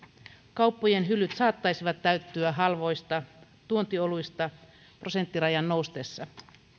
kauppojen hyllyt saattaisivat täyttyä halvoista tuontioluista prosenttirajan noustessa